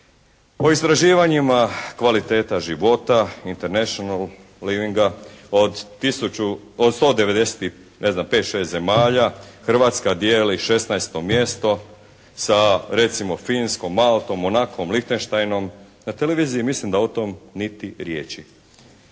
o istraživanjima kvaliteta života «International Leaving-a» od tisuću, od sto devedeset i ne znam pet, šest zemalja Hrvatska dijeli 16. mjesto sa recimo Finskom, Maltom, Monakom, Lichtenstain-om. Na televiziji mislim da o tom niti riječi.